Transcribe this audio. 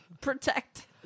protect